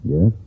Yes